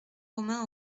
romain